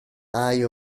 hai